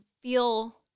feel